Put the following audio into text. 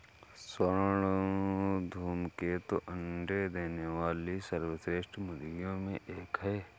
स्वर्ण धूमकेतु अंडे देने वाली सर्वश्रेष्ठ मुर्गियों में एक है